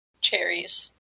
cherries